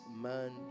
man